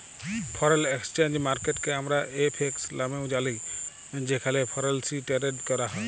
foreign exchange মার্কেটকে আমরা FX লামেও জালি যেখালে ফরেলসি টেরেড ক্যরা হ্যয়